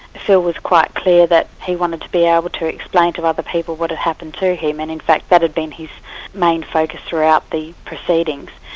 phil was quite clear that he wanted to be ah able to explain to other people what had happened to him, and in fact that had been his main focus throughout the proceedings.